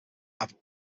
have